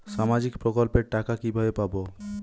সামাজিক প্রকল্পের টাকা কিভাবে পাব?